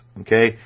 okay